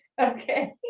Okay